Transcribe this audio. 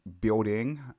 building